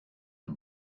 the